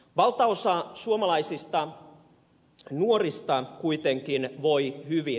valtaosa suomalaisista nuorista kuitenkin voi hyvin